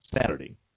Saturday